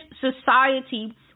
society